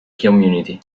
community